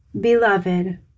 Beloved